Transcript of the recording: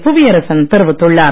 புவியரன் தெரிவித்துள்ளார்